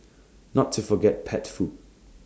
not to forget pet food